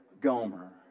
Gomer